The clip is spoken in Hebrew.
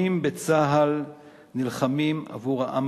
מעלה-אדומים העתיק,